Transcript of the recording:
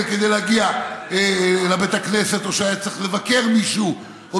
כדי להגיע לבית הכנסת או כשהיה צריך לבקר מישהו,